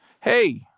Hey